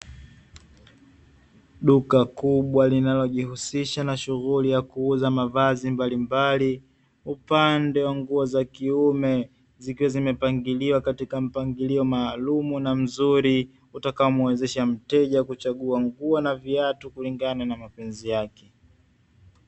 Duka kubwa linalojihusisha na shughuli ya kuuza mavazi mbalimbali, upande wa nguo za kiume, zikiwa zimepangiliwa katika mpangilio maalumu na mzuri, utakaomwezesha mteja kuchagua nguo na viatu kulingana na mapenzi yake.